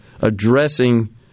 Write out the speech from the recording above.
addressing